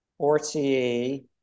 RTE